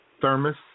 thermos